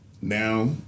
now